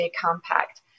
Compact